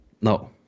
No